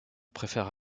préfère